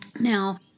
Now